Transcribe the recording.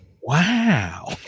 wow